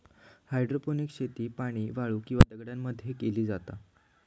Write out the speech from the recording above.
hydroponics शेती पाणी, वाळू किंवा दगडांमध्ये मध्ये केली जाता